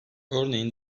örneğin